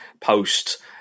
post